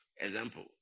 Example